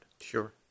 Sure